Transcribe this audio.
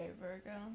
Virgo